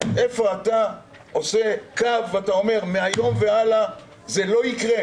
איפה אתה עושה קו ואומר שמהיום והלאה זה לא יקרה.